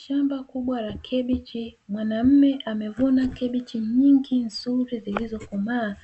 Shamba kubwa la kabichi mwanaume amevuna kabichi nyingi nzuri zilizo komaa